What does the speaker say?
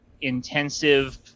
intensive